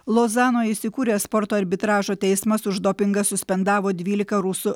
lozanoje įsikūręs sporto arbitražo teismas už dopingą suspendavo dvylika rusų